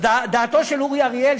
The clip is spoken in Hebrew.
אז דעתו של אורי אריאל,